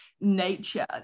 nature